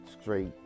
straight